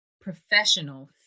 professional